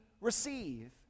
receive